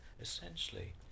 essentially